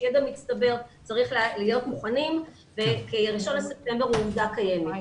יש ידע מצטבר וצריכים להיות מוכנים כי ה-1 ספטמבר הוא עובדה קיימת.